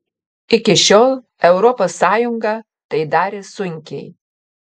iki šiol europos sąjunga tai darė sunkiai